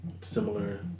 Similar